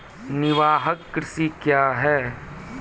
निवाहक कृषि क्या हैं?